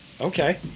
Okay